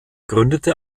gründete